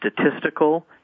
statistical